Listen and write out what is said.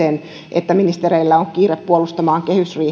että ministereillä on kiire puolustamaan kehysriiheen omia asioitansa ja